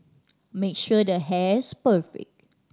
make sure the hair's perfect